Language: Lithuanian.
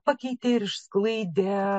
pakeitė ir išsklaidė